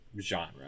genre